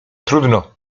trudno